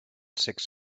six